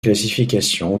classifications